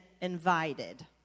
invited